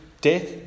death